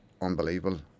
unbelievable